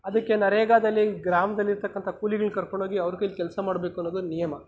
ಅದಕ್ಕೆ ನರೇಗದಲ್ಲಿ ಗ್ರಾಮದಲ್ಲಿರತಕ್ಕಂಥ ಕೂಲಿಗ್ಳುನ್ನ ಕರ್ಕೊಂಡು ಹೋಗಿ ಅವ್ರ ಕೈಲಿ ಕೆಲಸ ಮಾಡ್ಬೇಕು ಅನ್ನೋದು ನಿಯಮ